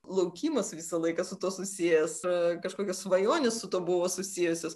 laukimas visą laiką su tuo susiję kažkokios svajonės su tuo buvo susijusios